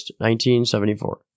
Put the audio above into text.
1974